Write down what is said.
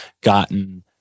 gotten